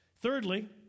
Thirdly